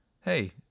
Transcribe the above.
Hey